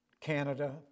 Canada